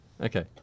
Okay